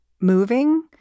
moving